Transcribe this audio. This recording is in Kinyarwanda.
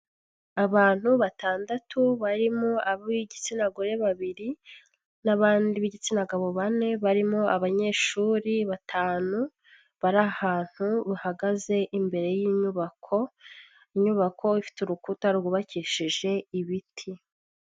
Abantu batandatu barimo ab'igitsina gore babiri n'abandi b'igitsina gabo bane barimo abanyeshuri batanu bari ahantu bahagaze imbere y'inyubako, inyubako ifite urukuta rwubakishije ibiti.